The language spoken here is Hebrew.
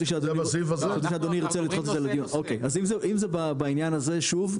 אם זה בעניין הזה שוב,